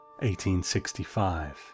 1865